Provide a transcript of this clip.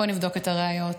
בואו נבדוק את הראיות.